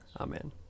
Amen